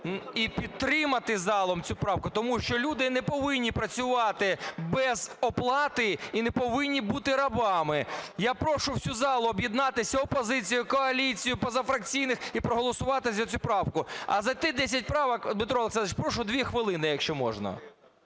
і підтримати залом цю правку, тому що люди не повинні працювати без оплати і не повинні бути рабами. Я прошу всю залу об'єднатися: опозицію, коаліцію, позафракційних і проголосувати за цю правку. А за ті 10 правок, Дмитро Олександрович, прошу 2 хвилини, якщо можна.